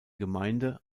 gemeinde